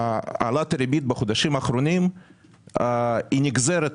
העלאת הריבית בחודשים האחרונים היא נגזרת,